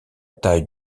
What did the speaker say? taille